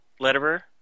Letterer